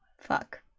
fuck